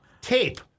Tape